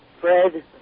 Fred